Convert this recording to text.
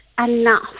enough